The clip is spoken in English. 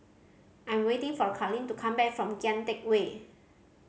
I'm waiting for Karlene to come back from Kian Teck Way